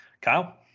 Kyle